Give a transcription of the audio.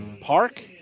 Park